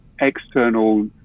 external